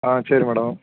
ஆ சரி மேடம்